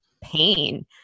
pain